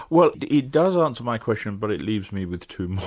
well it does answer my question but it leaves me with two more.